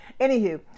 Anywho